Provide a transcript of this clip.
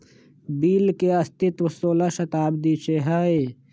bill के अस्तित्व सोलह शताब्दी से हइ